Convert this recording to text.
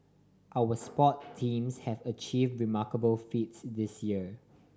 our sport teams have achieve remarkable feats this year